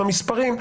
המספרים.